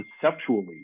conceptually